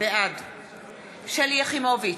בעד שלי יחימוביץ,